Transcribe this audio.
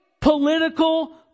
political